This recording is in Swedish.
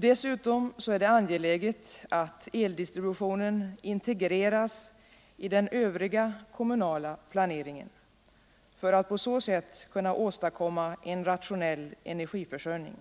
Dessutom är det angeläget att eldistributionen integreras i den övriga kommunala planeringen, så att man på det sättet kan åstadkomma en rationell energiförsörjning.